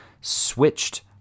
switched